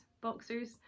boxers